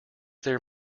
there